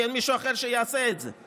כי אין מישהו אחר שיעשה את זה.